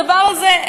הדבר הזה,